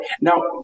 now